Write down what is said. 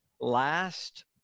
last